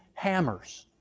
hammers,